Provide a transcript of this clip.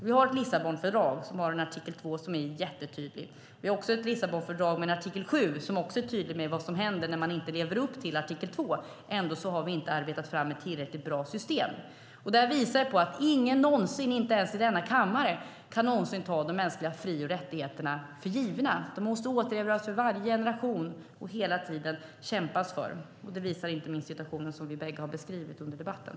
Vi har ett Lissabonfördrag som har en artikel 2 som är jättetydlig. Vi har ett Lissabonfördrag med en artikel 7 som också är tydlig med vad som händer när man inte lever upp till artikel 2. Ändå har vi inte arbetat fram ett tillräckligt bra system. Det här visar på att ingen, inte ens i denna kammare, någonsin kan ta de mänskliga fri och rättigheterna för givna. De måste återerövras av varje generation. Och man måste hela tiden kämpa för dem. Det visar inte minst den situation som vi bägge har beskrivit under debatten.